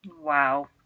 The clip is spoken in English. Wow